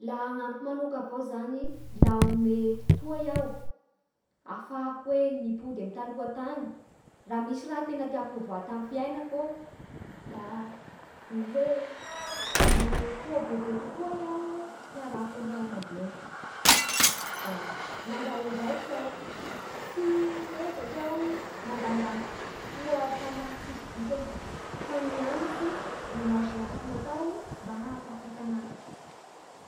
Laha amiko manoka avao zany laha omea fotoa aho afahahako mimpody amin'ny fiainana taloha tany, laha misy raha tena tiako hovaiko tamin'ny fiainako, da ny nanome fotoa bebe kokoa aho hiarahako amin'ny ray amandreniko. Da nandray andraiktsy aho tsy niezaky aho nandanindany fotoa amin'ny raha tsy misy dikany, fa nianatsy nanao izay azoko natao mba hahatafita anahy.